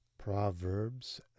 Proverbs